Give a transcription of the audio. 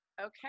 okay